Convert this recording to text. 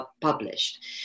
published